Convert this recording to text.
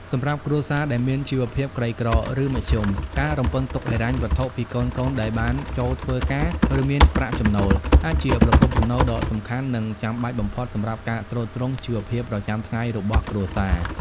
សម្រាប់គ្រួសារដែលមានជីវភាពក្រីក្រ ឬមធ្យម ការរំពឹងទុកហិរញ្ញវត្ថុពីកូនៗដែលបានចូលធ្វើការ ឬមានប្រាក់ចំណូល អាចជាប្រភពចំណូលដ៏សំខាន់ និងចាំបាច់បំផុតសម្រាប់ការទ្រទ្រង់ជីវភាពប្រចាំថ្ងៃរបស់គ្រួសារ។